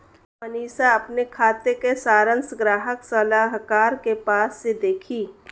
मनीषा अपने खाते का सारांश ग्राहक सलाहकार के पास से देखी